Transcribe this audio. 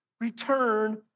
return